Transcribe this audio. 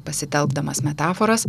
pasitelkdamas metaforas